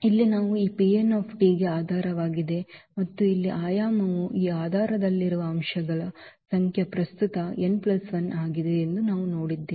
ಇಲ್ಲಿ ನಾವು ಈ ಗೆ ಆಧಾರವಾಗಿದೆ ಮತ್ತು ಇಲ್ಲಿ ಆಯಾಮವು ಈ ಆಧಾರದಲ್ಲಿರುವ ಅಂಶಗಳ ಸಂಖ್ಯೆ ಪ್ರಸ್ತುತ n 1 ಆಗಿದೆ ಎಂದು ನಾವು ನೋಡಿದ್ದೇವೆ